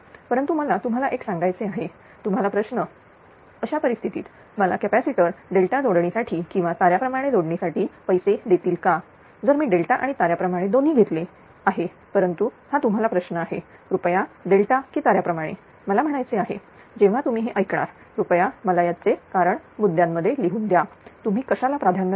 परंतु मला तुम्हाला एक सांगायचे आहे तुम्हाला प्रश्न अशा परिस्थितीत मला कॅपॅसिटर डेल्टा जोडणीसाठी किंवा ताऱ्याप्रमाणे जोडणीसाठी पैसे देतील का जर मी डेल्टा आणि ताऱ्याप्रमाणे दोन्ही घेतले आहे परंतु हा तुम्हाला प्रश्न आहे कृपया डेल्टा की ताऱ्याप्रमाणे मला म्हणायचे आहे जेव्हा तुम्ही हे ऐकणार कृपया मला त्याचे कारण मुद्द्यांमध्ये लिहून द्या तुम्ही कशाला प्राधान्य देणार